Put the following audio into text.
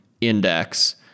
index